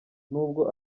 nubwo